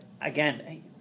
again